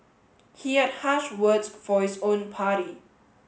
he had harsh words for his own party